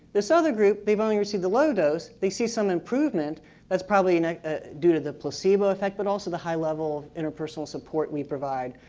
this other group, they've only received the low dose, they see some improvement that's probably due to the placebo affect, but also high level of interpersonal support we provide.